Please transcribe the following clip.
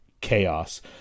chaos